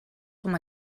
com